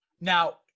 Now